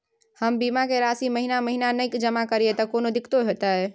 हम बीमा के राशि महीना महीना नय जमा करिए त कोनो दिक्कतों होतय?